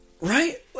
Right